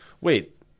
wait